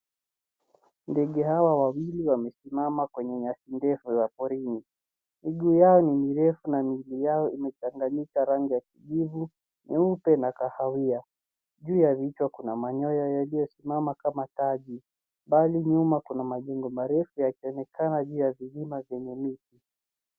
Ndege hawa wawili wamesimama kwenye nyasi ndefu za porini. Miguu yao ni mirefu na miili yao imechanganyika rangi ya kijivu, nyeupe na kahawia. Juu ya vichwa kuna manyoya yaliyosimama kama taji. Mbali nyuma kuna majengo marefu yakionekana juu ya vilima vyenye miti.